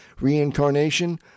reincarnation